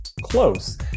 Close